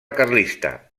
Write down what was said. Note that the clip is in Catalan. carlista